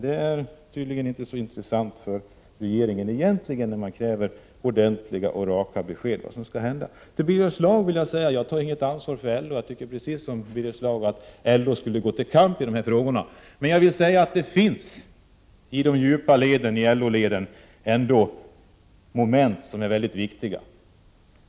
Det verkar inte vara så intressant för regeringen när man kräver ordentliga och raka besked om vad som skall hända. Till Birger Schlaug vill jag säga att jag inte tar något ansvar för LO. Jag anser precis som Birger Schlaug att LO borde gå till kamp i dessa frågor. Men jag vill säga att det i de djupa LO-leden ändå finns moment som är mycket viktiga.